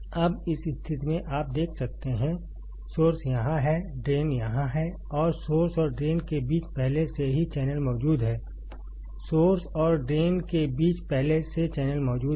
अब इस स्थिति में आप देख सकते हैं सोर्स यहां है ड्रेन यहां है और सोर्स और ड्रेन के बीच पहले से ही चैनल मौजूद है सोर्स और ड्रेन के बीच पहले से चैनल मौजूद है